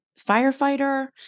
firefighter